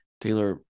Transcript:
Taylor